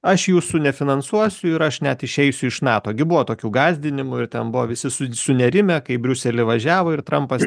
aš jūsų nefinansuosiu ir aš net išeisiu iš nato gi buvo tokių gąsdinimų ir ten buvo visi su sunerimę kai briusely važiavo ir trampas